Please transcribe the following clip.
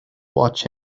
watch